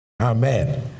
Amen